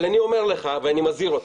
אבל אני אומר לך ואני מזהיר אותך,